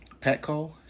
Petco